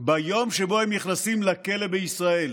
ביום שבו הם נכנסים לכלא בישראל.